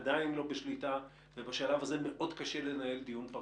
עדיין לא בשליטה ובשלב הזה מאוד קשה לנהל דיון פרטני.